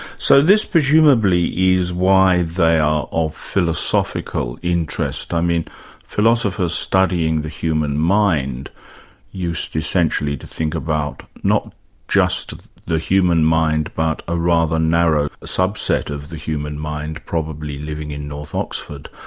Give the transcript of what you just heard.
so this presumably is why they are of philosophical interest. i mean philosophers studying the human mind used essentially to think about not just the human mind but a rather narrow sub-set of the human mind probably living in north oxford,